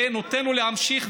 ונותן לו להמשיך,